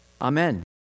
Amen